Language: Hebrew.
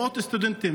מאות סטודנטים,